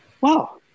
Wow